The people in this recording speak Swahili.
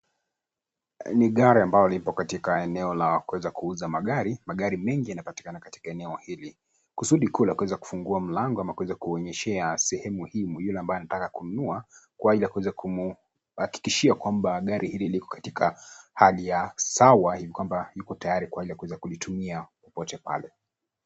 Ni gari ambalo lipo katika eneo la kuweza kuuza magari magari mengi yanapatikana katika eneo hili. Kusudi kuu la kuweza kufungua mlango ama kiweza kuonyeshea sehemu hii yule ambaye anataka kununua ili kuweza kumuhakikishia kwamba gari hili liko katika hali ya sawa hivi kwamba liko tayari kwa kuweza kulitumia popote pale.